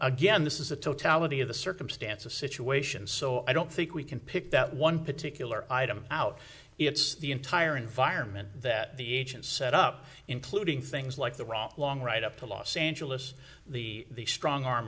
again this is the totality of the circumstances situation so i don't think we can pick that one particular item out it's the entire environment that the agents set up including things like the rock long right up to los angeles the strong arm